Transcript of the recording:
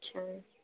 अच्छा